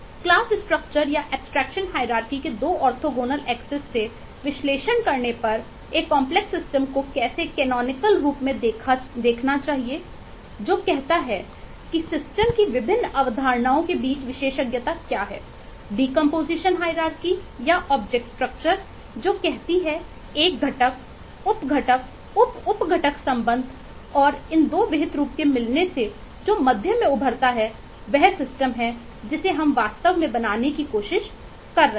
class structure है जिसे हम वास्तव में बनाने की कोशिश कर रहे हैं